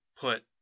put